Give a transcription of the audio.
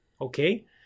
okay